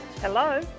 Hello